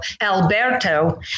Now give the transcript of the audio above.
Alberto